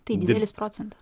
tai didelis procentas